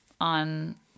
on